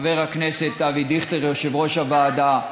וחבר הכנסת אבי דיכטר, יושב-ראש הוועדה.